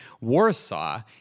Warsaw